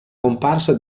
comparsa